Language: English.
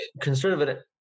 conservative